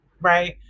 right